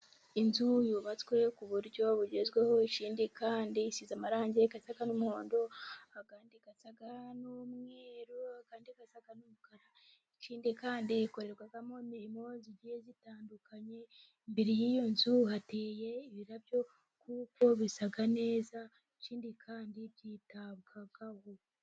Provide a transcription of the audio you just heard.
Inzu yubatswe ku buryo bugezweho ikindi kandi isize amarangi asa n'umuhondo, andi asa n'umweru, andi asa n'umukara. Ikindi kandi ikorerwamo n'ibintu bigiye bitandukanye. Imbere y'iyo nzu hateye ibirabyo kuko bisa neza ikindi kandi byitabwaho.